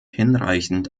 hinreichend